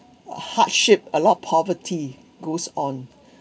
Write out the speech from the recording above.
hardship a lot poverty goes on